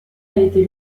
été